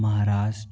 Maharashtra